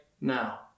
now